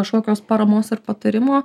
kažkokios paramos ar patarimo